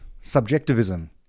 subjectivism